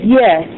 yes